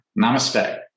namaste